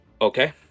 Okay